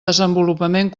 desenvolupament